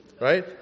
Right